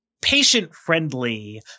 Patient-friendly